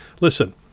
Listen